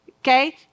okay